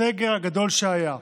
הסגר הגדול שהיה,